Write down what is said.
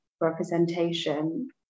representation